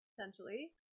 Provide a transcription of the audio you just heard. essentially